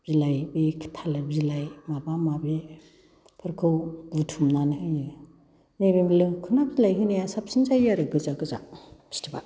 बायदि सिनाबिलाइ थालिर बिलाइ माबा माबिफोरखौ बुथुमनानै होयो नैबे लोखोना बिलाइ होनायफ्रा साबसिन जायो आरो गोजा गोजा फिथोबा